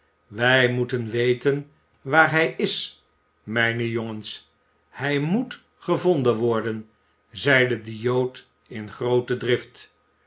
wij moeten weten waar hij is mijne jongens hij moet gevonden worden zeide de jood in groote drift